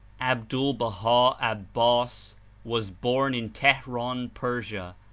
abdul-baha abbas was born in teheran, persia,